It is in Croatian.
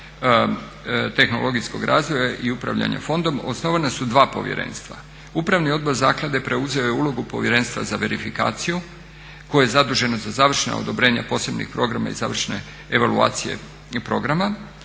projekta tehnologijskog razvoja i upravljanja fondom osnovana su dva povjerenstva. Upravni odbor zaklade preuzeo je ulogu povjerenstva za verifikaciju koje je zaduženo za završna odobrenja posebnih programa i završne evaluacije i programa,